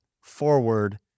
forward